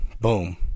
Boom